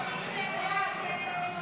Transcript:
51 בעד, 60 נגד.